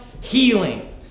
healing